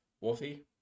Wolfie